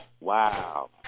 Wow